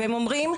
הם אומרים: